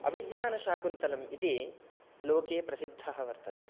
अभिज्ञानशाकुन्तलम् इति लोके प्रसिद्धः वर्तते